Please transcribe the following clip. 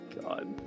god